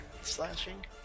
slashing